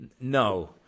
No